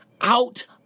out